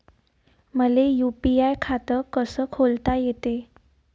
मले यू.पी.आय खातं कस खोलता येते?